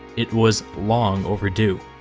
it was long overdue.